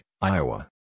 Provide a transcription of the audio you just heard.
Iowa